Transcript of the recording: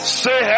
say